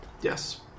Yes